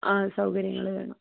അ സൗകര്യങ്ങൾ വേണം